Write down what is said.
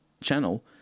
channel